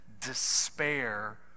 despair